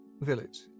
village